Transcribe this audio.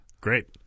Great